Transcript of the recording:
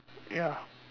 ya